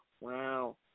Wow